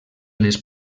les